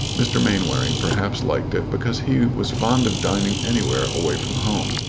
mr. mainwaring perhaps liked it because he was fond of dining anywhere away from home.